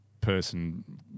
person